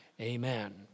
Amen